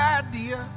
idea